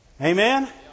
Amen